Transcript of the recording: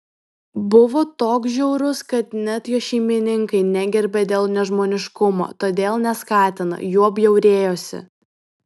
buvo toks žiaurus kad net jo šeimininkai negerbė dėl nežmoniškumo todėl neskatino juo bjaurėjosi